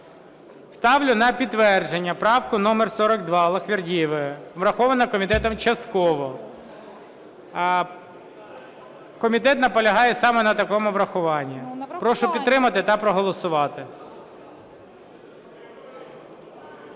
Ставлю на підтвердження правку номер 42 Аллахвердієвої. Врахована комітетом частково. Комітет наполягає саме на такому врахуванні. Прошу підтримати та проголосувати.